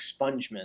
expungement